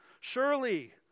Surely